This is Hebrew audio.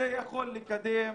לקדם